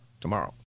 tomorrow